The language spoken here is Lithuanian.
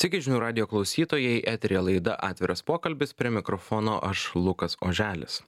sveiki žinių radijo klausytojai eteryje laida atviras pokalbis prie mikrofono aš lukas oželis